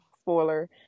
spoiler